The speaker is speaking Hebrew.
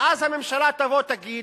ואז הממשלה תבוא ותגיד: